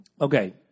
Okay